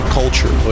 culture